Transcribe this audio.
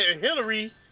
Hillary